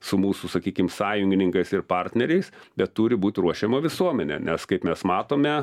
su mūsų sakykim sąjungininkais ir partneriais bet turi būti ruošiama visuomenė nes kaip mes matome